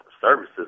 services